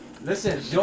Listen